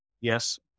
Yes